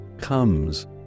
comes